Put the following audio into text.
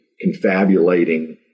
confabulating